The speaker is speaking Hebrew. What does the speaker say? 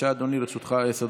ווליד טאהא, חבר הכנסת סעיד